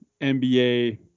NBA